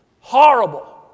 horrible